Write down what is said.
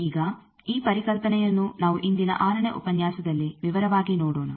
ಈಗ ಈ ಪರಿಕಲ್ಪನೆಯನ್ನು ನಾವು ಇಂದಿನ 6ನೇ ಉಪನ್ಯಾಸದಲ್ಲಿ ವಿವರವಾಗಿ ನೋಡೋಣ